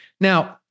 Now